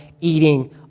eating